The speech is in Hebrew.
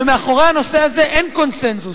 ומאחורי הנושא הזה אין קונסנזוס,